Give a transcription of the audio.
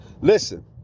listen